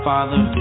Father